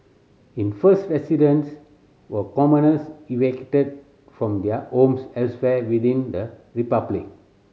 in first residents were commoners evicted from their homes elsewhere within the republic